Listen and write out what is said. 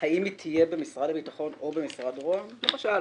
האם היא תהיה במשרד הביטחון או במשרד ראש הממשלה?